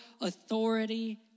authority